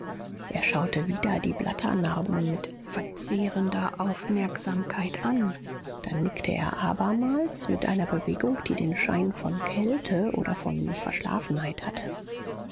er schaute wieder die blatternarben mit verzehrender aufmerksamkeit an dann nickte er abermals mit einer bewegung die den schein von kälte oder von verschlafenheit hatte